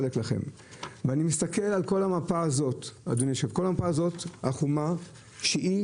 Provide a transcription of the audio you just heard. ואני מסתכל על כל המפה החומה שהיא